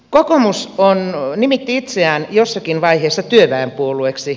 kokoomus nimitti itseään jossakin vaiheessa työväenpuolueeksi